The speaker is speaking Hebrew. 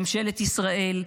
ממשלת ישראל,